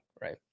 Right